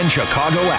Chicago